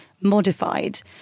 modified